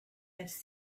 has